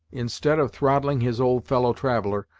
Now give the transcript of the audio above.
instead of throttling his old fellow-traveler,